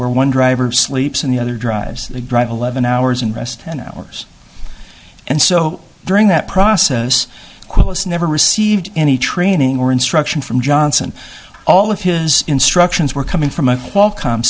where one driver sleeps in the other drives they drive eleven hours and rest ten hours and so during that process quits never received any training or instruction from johnson all of his instructions were coming from a qualcom